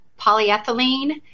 polyethylene